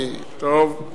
טוב.